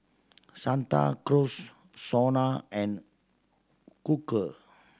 Santa Cruz SONA and Quaker